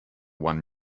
won